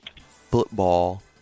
football